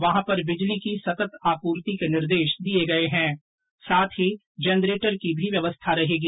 वहां पर बिजली की सतत आपूर्ति के निर्देश दिए गए हैं साथ ही जनरेटर की भी व्यवस्था रहेगी